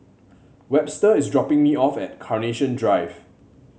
Webster is dropping me off at Carnation Drive